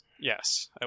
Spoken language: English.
Yes